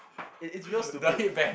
it is real stupid